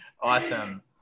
Awesome